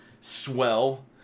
swell